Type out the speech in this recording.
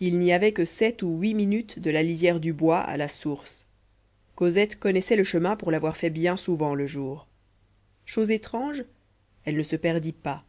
il n'y avait que sept ou huit minutes de la lisière du bois à la source cosette connaissait le chemin pour l'avoir fait bien souvent le jour chose étrange elle ne se perdit pas